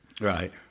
Right